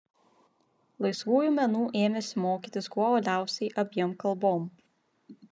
laisvųjų menų ėmėsi mokytis kuo uoliausiai abiem kalbom